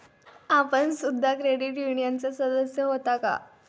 आपण सुद्धा क्रेडिट युनियनचे सदस्य होता का?